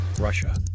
Russia